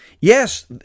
Yes